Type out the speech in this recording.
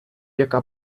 яка